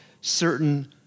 certain